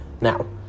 Now